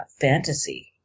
fantasy